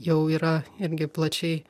jau yra irgi plačiai